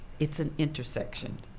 it's an intersection.